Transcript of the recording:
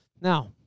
Now